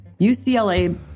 UCLA